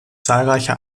zahlreiche